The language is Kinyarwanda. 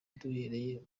duhereye